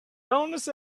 donuts